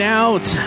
out